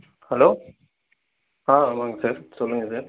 hello ஆ ஆமாங்க sir சொல்லுங்கள் சார்